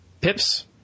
Pips